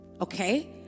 Okay